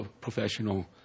professional